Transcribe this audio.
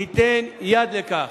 תיתן יד לכך.